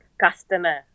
customer